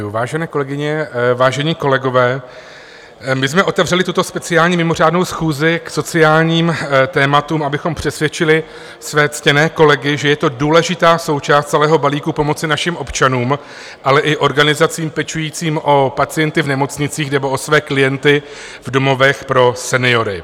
Vážené kolegyně, vážení kolegové, my jsme otevřeli tuto speciální mimořádnou schůzi k sociálním tématům, abychom přesvědčili své ctěné kolegy, že je to důležitá součást celého balíku pomoci našim občanům, ale i organizacím pečujícím o pacienty v nemocnicích nebo o své klienty v domovech pro seniory.